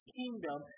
kingdom